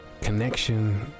Connection